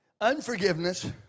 Unforgiveness